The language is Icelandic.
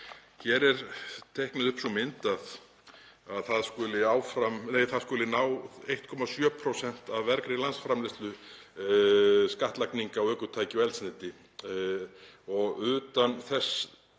Hér er teiknuð upp sú mynd að hún skuli ná 1,7% af vergri landsframleiðslu, skattlagning á ökutæki og eldsneyti, og utan þess